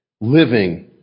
Living